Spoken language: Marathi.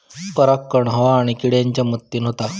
परागण हवा आणि किड्यांच्या मदतीन होता